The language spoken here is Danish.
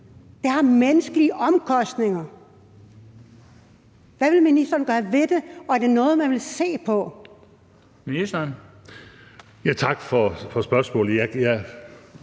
Det har menneskelige omkostninger. Hvad vil ministeren gøre ved det, og er det noget, man vil se på? Kl.